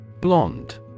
Blonde